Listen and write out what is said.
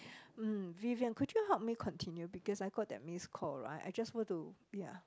mm Vivian could you help me continue because I got that missed call right I just want to ya